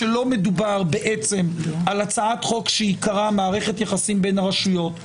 שלא מדובר על הצעת חוק שעיקרה מערכת יחסים בין ברשויות,